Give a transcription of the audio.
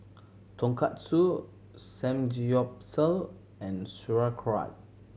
Tonkatsu Samgyeopsal and Sauerkraut